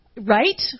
Right